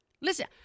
Listen